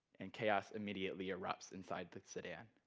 and chaos immediately erupts inside the sedan.